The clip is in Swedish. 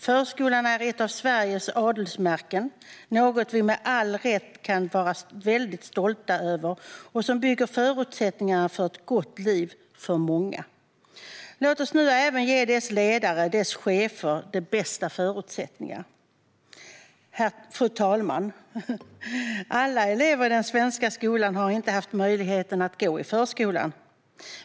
Förskolan är ett av Sveriges adelsmärken, något vi med all rätt kan vara väldigt stolta över och som bygger förutsättningarna för ett gott liv för många. Låt oss nu även ge dess ledare, dess chefer de bästa förutsättningar! Fru talman! Alla elever i den svenska skolan har inte haft möjlighet att gå i förskolan.